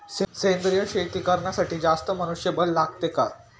सेंद्रिय शेती करण्यासाठी जास्त मनुष्यबळ लागते का?